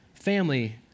Family